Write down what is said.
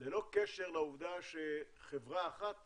ללא קשר לעובדה שחברה אחת